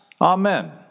Amen